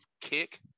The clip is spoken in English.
kick